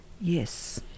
Yes